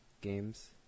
games